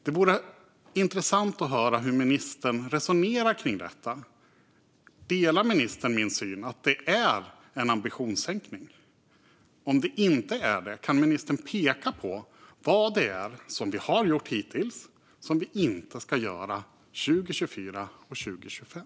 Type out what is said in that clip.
Det vore intressant att höra hur ministern resonerar om detta. Delar hon min syn att det är en ambitionssänkning? Om det inte är det kan hon då peka på vad det är som vi har gjort hittills men inte ska göra 2024 och 2025?